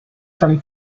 from